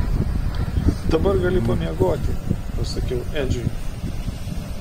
dabar gali pamiegoti pasakiau edžiui